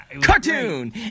Cartoon